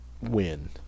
win